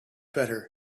better